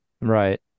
Right